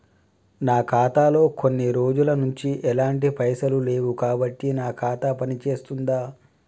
నా ఖాతా లో కొన్ని రోజుల నుంచి ఎలాంటి పైసలు లేవు కాబట్టి నా ఖాతా పని చేస్తుందా?